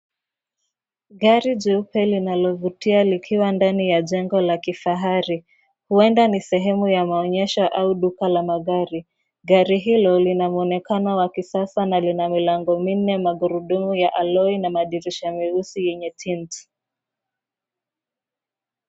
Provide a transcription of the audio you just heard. Gari jeupe linalovutia likiwa ndani ya jengo la kifahari, huenda ni sehemu ya maonyesho au duka la magari. Gari hilo linamwonekano wa kisasa na lina milango minne, magurudumu ya aloi na madirisha meusi yenye tinti.